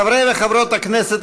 חברי וחברות הכנסת,